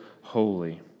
holy